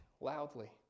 loudly